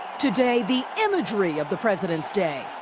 today the imagery of the president's day.